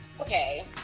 Okay